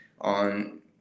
on